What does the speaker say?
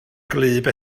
gwlyb